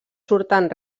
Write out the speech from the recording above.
surten